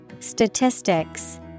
Statistics